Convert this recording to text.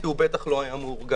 כי בטח לא היה מאורגן.